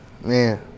man